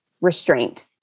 restraint